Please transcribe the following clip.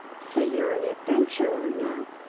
so you're an adventurer now?